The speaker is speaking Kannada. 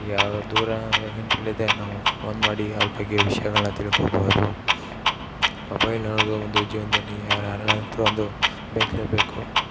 ಈಗ ಯಾವ ದೂರ ಇದ್ದರೆ ನಾವು ಫೋನ್ ಮಾಡಿ ಅವ್ರ ಬಗ್ಗೆ ವಿಷಯಗಳ್ನ ತಿಳ್ಕೊಬೋದು ಮೊಬೈಲ್ ಅನ್ನೋದು ಒಂದು ಜೀವನದಲ್ಲಿ ಯಾರಾರ ಹತ್ರ ಒಂದು ಬೇಕೆ ಬೇಕು